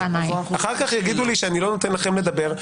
אחר כך יאמרו שאני לא נותן לכם לדבר.